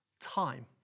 time